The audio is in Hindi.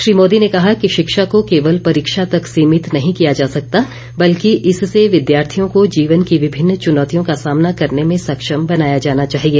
श्री मोदी ने कहा कि शिक्षा को केवल परीक्षा तक सीमित नहीं किया जा सकता बल्कि इससे विद्यार्थियों को जीवन की विभिन्न चुनौतियों का सामना करने में सक्षम बनाया जाना चाहिए